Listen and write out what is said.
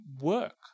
work